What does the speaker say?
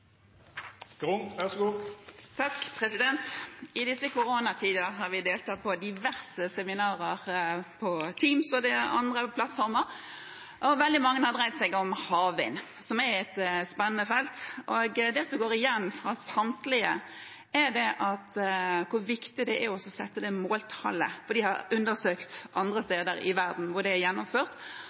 andre plattformer, og veldig mange har dreid seg om havvind, som er et spennende felt. Det som går igjen fra samtlige, er hvor viktig det er å sette et måltall. Man har undersøkt andre steder i verden hvor det er gjennomført,